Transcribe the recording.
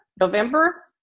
November